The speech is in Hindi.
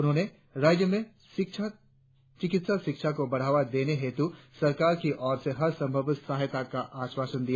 उन्होंने राज्य में चिकित्सा शिक्षा को बढ़ावा देने हेतु सरकार की ओर से हर संभव सहायता का आश्वासन दिया